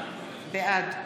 בעד